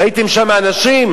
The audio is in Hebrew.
ראיתם שם אנשים?